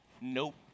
Nope